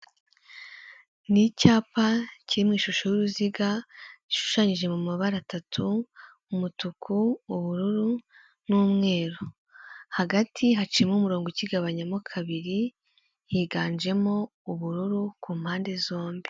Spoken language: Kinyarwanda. Ni icyapa kiririmo ishusho y'uruziga, ishushanyije mu mabara atatu, umutuku, ubururu n'umweru. Hagati hacimo umurongo ukigabanyamo kabiri, higanjemo ubururu ku mpande zombi.